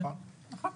נכון.